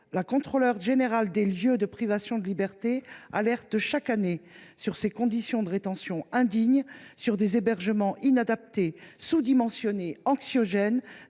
Le Contrôleur général des lieux de privation de liberté alerte chaque année sur les conditions indignes de cette rétention, sur les hébergements inadaptés, sous dimensionnés, anxiogènes,